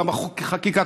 גם חקיקה,